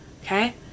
okay